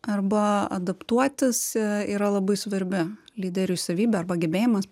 arba adaptuotis yra labai svarbi lyderiui savybė arba gebėjimas